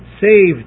saved